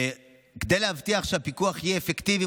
כדי להבטיח שהפיקוח יהיה אפקטיבי,